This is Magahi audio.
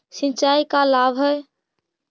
सिंचाई का लाभ है?